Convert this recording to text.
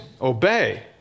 Obey